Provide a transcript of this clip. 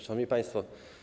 Szanowni Państwo!